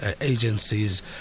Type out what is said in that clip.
agencies